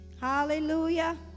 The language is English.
Hallelujah